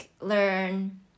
learn